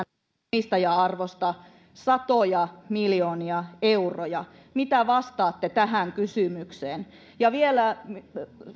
omistaja arvosta satoja miljoonia euroja mitä vastaatte tähän kysymykseen vielä